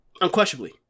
Unquestionably